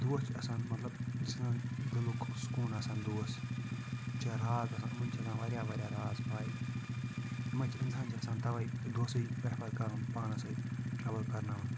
دوس چھِ آسان مطلب یہِ چھِ آسان دِلُک سُکوٗن آسان دوس یِم چھِ راز آسان یِمَن چھِ آسان واریاہ واریاہ راز پَے یہِ مَہ چھِ اِنسان چھِ یَژھان تَوَے دوسٕے پرٛٮ۪فَر کَرُن پانَس سۭتۍ ٹرٛاوٕل کَرناوُن